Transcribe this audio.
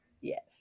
Yes